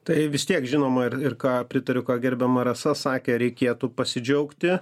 tai vis tiek žinoma ir ir ką pritariu gerbiama rasa sakė reikėtų pasidžiaugti